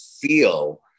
feel